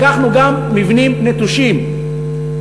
לקחנו גם מבנים נטושים,